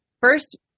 first